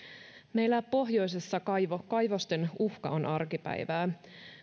meillä pohjoisessa kaivosten uhka on arkipäivää